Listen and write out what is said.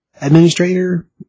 administrator